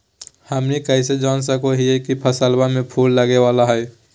हमनी कइसे जान सको हीयइ की फसलबा में फूल लगे वाला हइ?